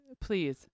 Please